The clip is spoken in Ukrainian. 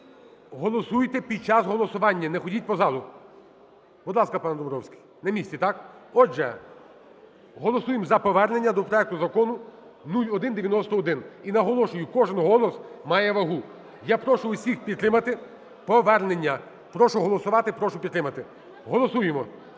голосуйте під час голосування, не ходіть по залу. Будь ласка, пан Домбровський. На місці, так? Отже, голосуємо за повернення до проекту Закону 0191. І наголошую, кожен голос має вагу. Я прошу всіх підтримати повернення. Прошу голосувати, прошу підтримати. Голосуємо.